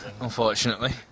unfortunately